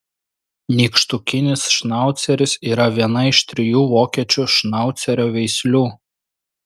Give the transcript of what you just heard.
nykštukinis šnauceris yra viena iš trijų vokiečių šnaucerio veislių